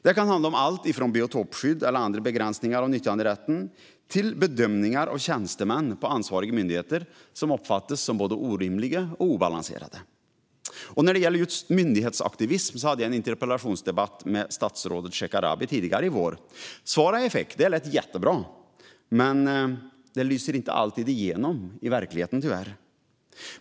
Det kan handla om allt från biotopskydd eller andra begränsningar av nyttjanderätten till bedömningar av tjänstemän på ansvariga myndigheter, som uppfattas som både orimliga och obalanserade. När det gäller just myndighetsaktivism hade jag en interpellationsdebatt med statsrådet Shekarabi tidigare i vår. Svaren jag fick lät jättebra, men detta lyser tyvärr inte alltid igenom i verkligheten.